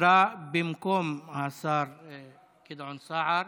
שדיברה במקום השר גדעון סער.